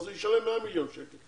אז הוא ישלם 10 מיליון שקל.